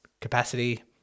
capacity